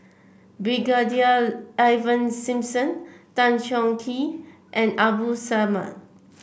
Brigadier Ivan Simson Tan Chong Tee and Abdul Samad